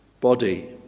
body